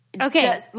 Okay